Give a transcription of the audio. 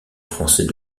français